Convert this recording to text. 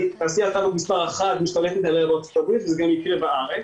תעשיית טבק מס' 1 משתלטת עליה בארצות הברית וזה גם יקרה בארץ,